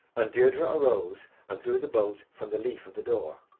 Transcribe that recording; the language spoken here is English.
and deirdre arose and drew the bolt from the leaf of the door,